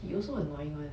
he also annoying [one]